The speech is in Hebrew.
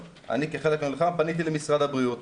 אני כחלק --- פניתי למשרד הבריאות,